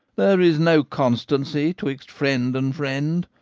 there is no constancy twixt friend and friend,